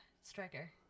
Striker